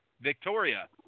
Victoria